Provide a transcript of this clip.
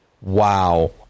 wow